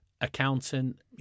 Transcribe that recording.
accountant